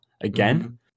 again